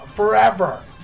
Forever